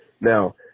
Now